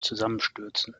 zusammenstürzen